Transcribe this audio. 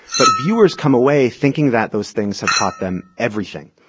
but viewers come away thinking that those things have taught them everything,